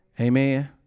Amen